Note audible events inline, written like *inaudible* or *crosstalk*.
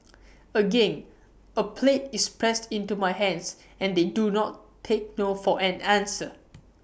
*noise* again A plate is pressed into my hands and they do not take no for an answer *noise*